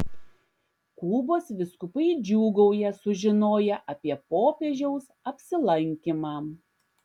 kubos vyskupai džiūgauja sužinoję apie popiežiaus apsilankymą